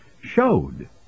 showed